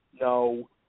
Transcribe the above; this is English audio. No